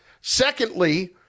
secondly